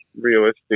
realistic